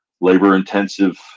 labor-intensive